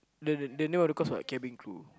the the name of the course what cabin crew